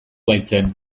baitzen